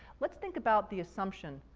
let's think about the assumption,